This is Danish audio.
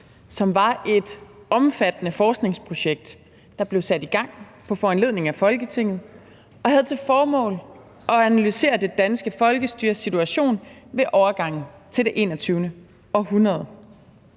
som var et omfattende forskningsprojekt, der blev sat i gang på foranledning af Folketinget og havde til formål at analysere det danske folkestyres situation ved overgangen til det 21. århundrede.